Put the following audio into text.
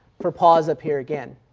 for pause up here again.